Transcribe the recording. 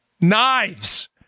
knives